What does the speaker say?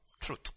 truth